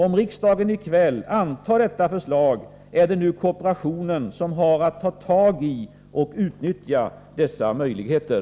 Om riksdagen i kväll antar detta förslag är det nu kooperationen som har att ta tag i och utnyttja dessa möjligheter.